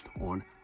on